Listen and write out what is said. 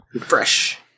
Fresh